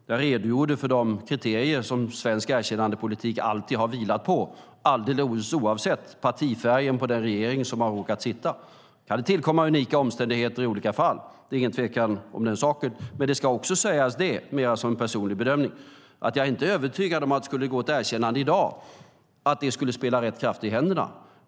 Jag redogjorde för de kriterier som svensk erkännandepolitik alltid har vilat på, alldeles oavsett partifärg på den regering som har råkat sitta. Sedan kan det tillkomma unika omständigheter i olika fall - det är ingen tvekan om den saken. Men det ska också sägas, mer som en personlig bedömning, att jag inte är övertygad om att ett erkännande i dag skulle spela rätt krafter i händerna.